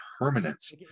permanence